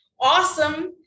Awesome